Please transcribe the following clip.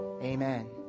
Amen